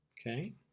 Okay